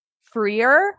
freer